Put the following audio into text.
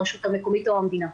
הרשות המקומית או המדינה.